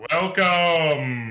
Welcome